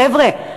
חבר'ה,